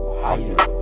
higher